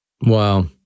wow